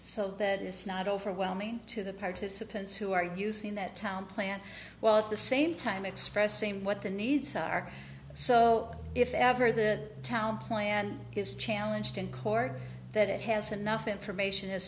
so that it's not overwhelming to the participants who are using that town plant well at the same time expressing what the needs are so if ever the town plan is challenged in court that it has enough information is